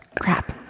Crap